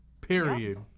Period